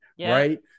right